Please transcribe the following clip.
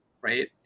right